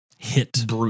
hit